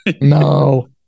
No